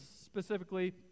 Specifically